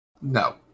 No